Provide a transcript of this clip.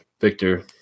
victor